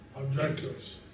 objectives